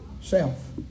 Self